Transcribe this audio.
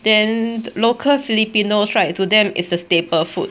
then local filipinos right to them is a staple food